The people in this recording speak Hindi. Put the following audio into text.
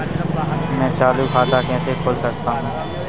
मैं चालू खाता कैसे खोल सकता हूँ?